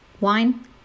Wine